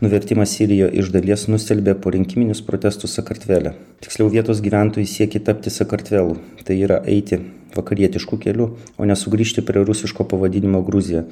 nuvertimas sirijoj iš dalies nustelbė porinkiminius protestus sakartvele tiksliau vietos gyventojai siekė tapti sakartvelu tai yra eiti vakarietišku keliu o ne sugrįžti prie rusiško pavadinimo gruzija